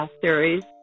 series